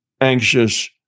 anxious